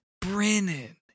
Brennan